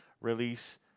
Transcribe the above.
release